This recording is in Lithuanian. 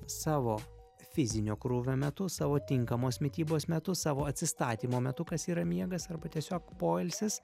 savo fizinio krūvio metu savo tinkamos mitybos metu savo atsistatymo metu kas yra miegas arba tiesiog poilsis